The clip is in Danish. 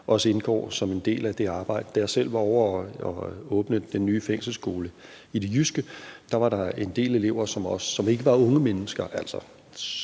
også indgår som en del af det arbejde. Da jeg selv var ovre at åbne den nye fængselsskole i det jyske, var der en del elever, som ikke var unge mennesker,